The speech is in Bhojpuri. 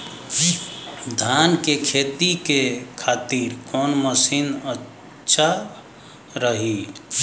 धान के खेती के खातिर कवन मशीन अच्छा रही?